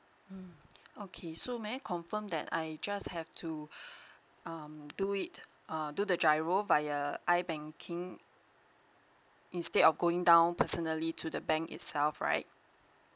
mm okay so may I confirm that I just have to um do it err do the giro via I banking instead of going down personally to the bank itself right